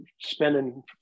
spending